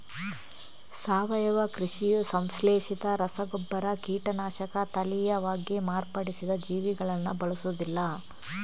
ಸಾವಯವ ಕೃಷಿಯು ಸಂಶ್ಲೇಷಿತ ರಸಗೊಬ್ಬರ, ಕೀಟನಾಶಕ, ತಳೀಯವಾಗಿ ಮಾರ್ಪಡಿಸಿದ ಜೀವಿಗಳನ್ನ ಬಳಸುದಿಲ್ಲ